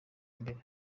imbere